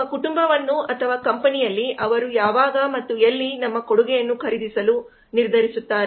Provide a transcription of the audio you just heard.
ನಮ್ಮ ಕುಟುಂಬವನ್ನು ಅಥವಾ ಕಂಪನಿಯಲ್ಲಿ ಅವರು ಯಾವಾಗ ಮತ್ತು ಎಲ್ಲಿ ನಮ್ಮ ಕೊಡುಗೆಯನ್ನು ಖರೀದಿಸಲು ನಿರ್ಧರಿಸುತ್ತಾರೆ